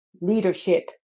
leadership